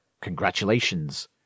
congratulations